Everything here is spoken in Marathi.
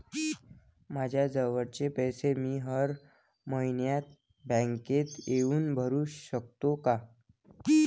मायाजवळचे पैसे मी हर मइन्यात बँकेत येऊन भरू सकतो का?